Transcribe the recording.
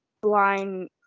blind